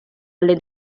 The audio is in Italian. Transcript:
alle